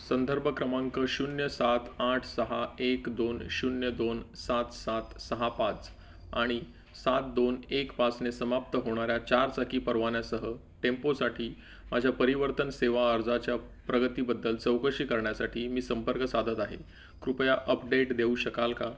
संदर्भ क्रमांक शून्य सात आठ सहा एक दोन शून्य दोन सात सात सहा पाच आणि सात दोन एक पाचने समाप्त होणाऱ्या चार चाकी परवान्यासह टेम्पोसाठी माझ्या परिवर्तन सेवा अर्जाच्या प्रगतीबद्दल चौकशी करण्यासाठी मी संपर्क साधत आहे कृपया अपडेट देऊ शकाल का